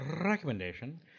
recommendation